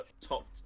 top